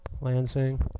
Lansing